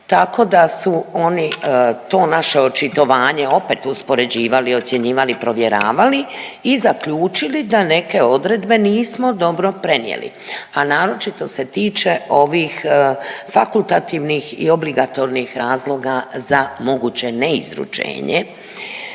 tako da su oni to naše očitovanje opet uspoređivali, ocjenjivali, provjeravali i zaključili da neke odredbe nismo dobro prenijeli, a naročito se tiče ovih fakultativnih i obligatornih razloga za moguće neizručenje,